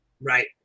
Right